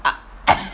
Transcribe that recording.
I